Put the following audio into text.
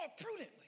prudently